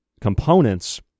components